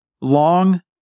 long